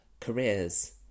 careers